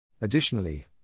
Additionally